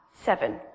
Seven